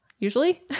Usually